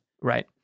right